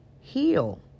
Heal